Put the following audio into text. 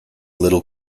lytle